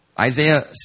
Isaiah